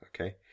okay